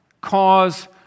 Cause